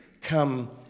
come